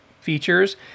features